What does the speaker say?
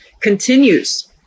continues